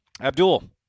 Abdul